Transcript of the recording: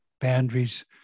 boundaries